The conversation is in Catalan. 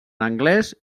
angles